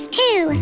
two